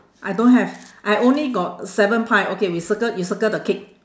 I don't have I only got seven pie okay we circle you circle the cake